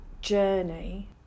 journey